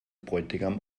bräutigam